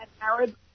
Arab